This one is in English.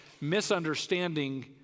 misunderstanding